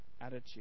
attitude